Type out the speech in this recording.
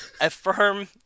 affirm